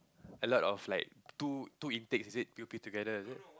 a lot of like two two intakes is it p_o_p together is it